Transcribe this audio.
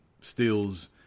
steals